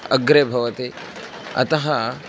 अग्रे भवति अतः